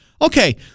Okay